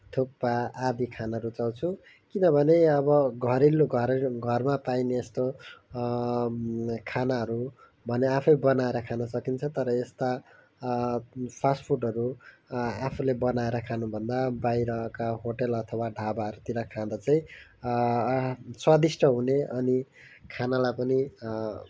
थुक्पा आदि खान रुचाउँछु किनभने अब घरेलु घरैमा घरमा पाइने खानाहरू भने आफै बनाएर खान सकिन्छ तर यस्ता फास्ट फुडहरू आफूले बनाएर खानुभन्दा बाहिरका होटल अथवा ढाबाहरूतिर खाँदा चाहिँ स्वादिष्ट हुने अनि खानलाई पनि